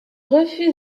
refuse